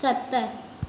सत